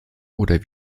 oder